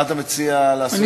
מה אתה מציע לעשות עם זה?